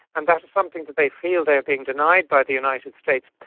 and that is something that they feel they are being denied by the united states.